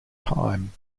time